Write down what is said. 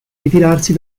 ritirarsi